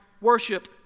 worship